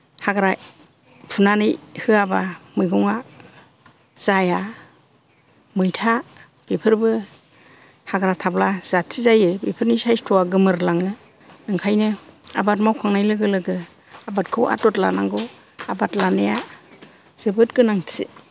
हाग्रा फुनानै होआबा मैगंआ जाया मैथा बेफोरबो हाग्रा थाब्ला जाथि जायो बेफोरनि सायस्थ'वा गोमोरलाङो ओंखायनो आबाद मावखांनाय लोगो लोगो आबादखौ आदर लानांगौ आबाद लानाया जोबोद गोनांथि